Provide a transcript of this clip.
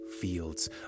fields